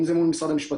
אם זה מול משרד המשפטים,